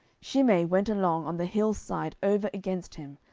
shimei went along on the hill's side over against him,